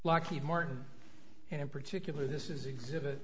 lockheed martin and in particular this is exhibit